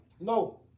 no